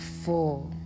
full